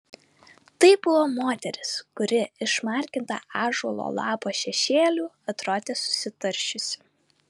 tai buvo moteris kuri išmarginta ąžuolo lapo šešėlių atrodė susitaršiusi